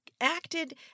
acted